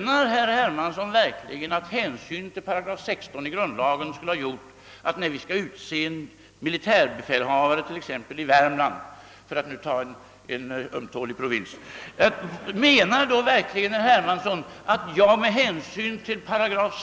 När vi exempelvis skulle utse militärbefälhavare i Värmland — för att nu ta en ömtålig provins — menar verkligen herr Hermansson att jag då, med hänsyn till §